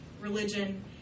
religion